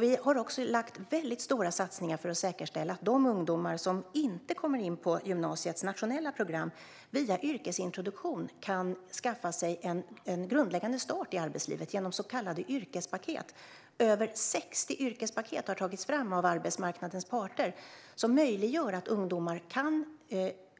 Vi har också lagt väldigt stora satsningar för att säkerställa att de ungdomar som inte kommer in på gymnasiets nationella program via yrkesintroduktion kan skaffa sig en grundläggande start i arbetslivet genom så kallade yrkespaket. Över 60 yrkespaket har tagits fram av arbetsmarknadens parter, som möjliggör för ungdomar,